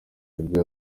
nibwo